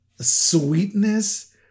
sweetness